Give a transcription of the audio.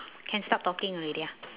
can start talking already ah